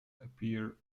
appear